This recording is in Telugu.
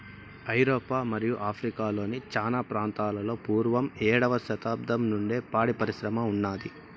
ఐరోపా మరియు ఆఫ్రికా లోని చానా ప్రాంతాలలో పూర్వం ఏడవ శతాబ్దం నుండే పాడి పరిశ్రమ ఉన్నాది